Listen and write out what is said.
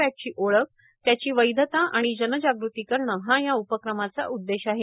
पॅटची ओळख त्याची वैधता आणि जनजागृती करणे हा या उपक्रमाचा उद्देश आहे